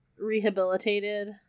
rehabilitated